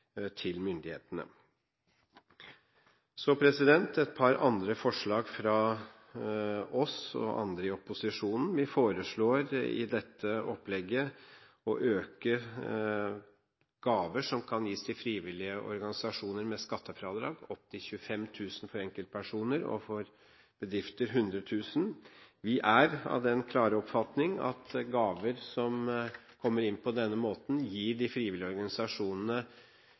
til myndighetene. Det er også et par andre forslag fra oss og andre i opposisjonen. Vi foreslår i dette opplegget å øke skattefradraget for gaver som kan gis til frivillige organisasjoner – opp til 25 000 kr for enkeltpersoner og 100 000 kr for bedrifter. Vi er av den klare oppfatning at gaver som kommer inn på denne måten, gir de frivillige organisasjonene